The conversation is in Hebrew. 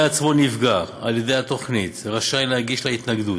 עצמו נפגע על-ידי התוכנית רשאי להגיש לה התנגדות.